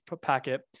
packet